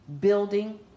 building